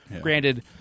Granted